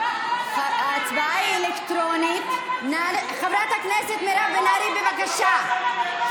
הצבעה אלקטרונית, חברת הכנסת מירב בן ארי, בבקשה.